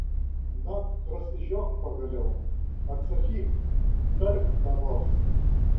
na prasižiok pagaliau atsakyk tark ką nors